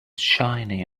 shiny